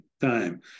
time